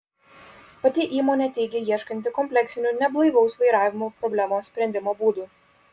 pati įmonė teigia ieškanti kompleksinių neblaivaus vairavimo problemos sprendimo būdų